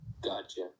Gotcha